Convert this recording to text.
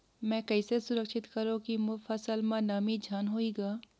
मैं कइसे सुरक्षित करो की मोर फसल म नमी झन होही ग?